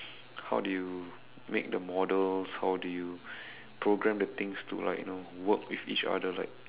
how do you make the models how do you program the things to like you know work with each other like